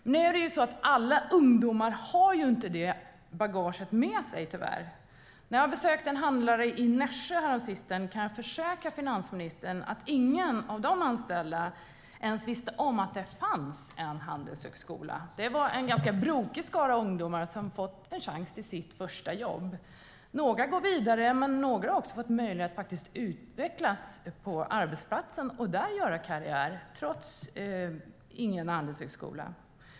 Men alla ungdomar har tyvärr inte med sig detta bagage. Jag kan försäkra finansministern att när jag besökte en handlare i Nässjö häromsistens var det ingen av de anställda där som ens visste om att det fanns en handelshögskola. Det var en ganska brokig skara ungdomar som fått en chans till sitt första jobb. Några går vidare, men några har också fått möjlighet att utvecklas på arbetsplatsen och göra karriär där, trots att de inte har gått på någon handelshögskola.